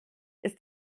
ist